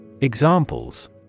Examples